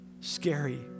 scary